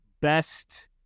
best